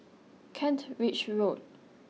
Kent Ridge Road